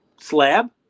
slab